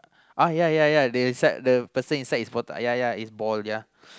uh ya ya ya the inside the person inside is bald ya ya is bald ya